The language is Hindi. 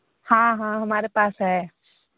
हाँ हाँ हमारे पास है